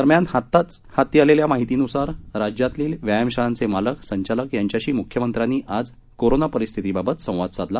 दरम्यान आताच हाती आलेल्या माहितीनुसार राज्यातील व्यायाम शाळांचे मालक संचालक यांच्याशी मुख्यमंत्र्यांनी आज कोरोना परिस्थितीबाबत संवाद साधला